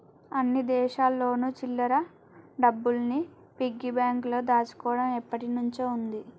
అన్ని దేశాల్లోను చిల్లర డబ్బుల్ని పిగ్గీ బ్యాంకులో దాచుకోవడం ఎప్పటినుంచో ఉంది